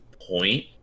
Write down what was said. point